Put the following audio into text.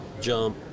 jump